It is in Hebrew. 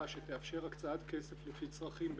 שתאפשר הקצאת כסף לפי צרכים בפועל,